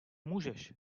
můžeš